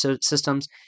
systems